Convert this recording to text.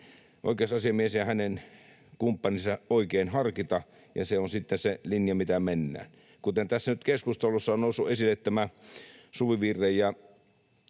oikeusasiamies ja hänen kumppaninsa oikein harkita, ja se on sitten se linja, millä mennään. Tässä keskustelussa on nyt noussut esille Suvivirren